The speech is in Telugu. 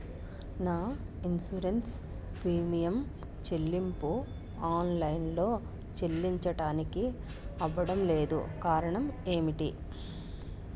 నా ఇన్సురెన్స్ ప్రీమియం చెల్లింపు ఆన్ లైన్ లో చెల్లించడానికి అవ్వడం లేదు కారణం ఏమిటి?